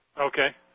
Okay